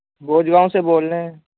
بھوج گاؤں سے بول رہے ہیں